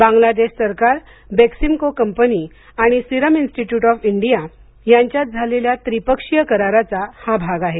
बांगलादेश सरकार बेक्सिम्को कंपनी आणि सिरम इन्स्टिट्यूट ऑफ इंडिया यांच्यात झालेल्या त्रिपक्षीय कराराचा हा भाग आहे